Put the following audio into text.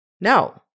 No